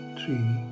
three